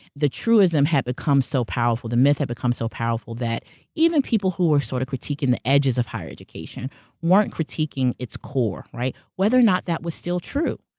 the truism had become so powerful, the myth had become so powerful that even people who were sort of critiquing the edges of higher education weren't critiquing its core, right, whether or not, that was still true.